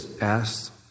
asked